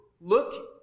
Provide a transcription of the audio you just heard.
look